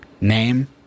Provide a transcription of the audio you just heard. Name